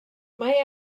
mae